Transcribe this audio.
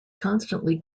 constantly